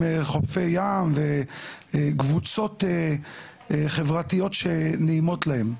חופי ים וקבוצות חברתיות שנעימות להם.